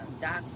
Doc's